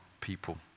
people